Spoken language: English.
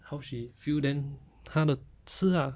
how she feel then 她的事 ah